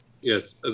Yes